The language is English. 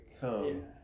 come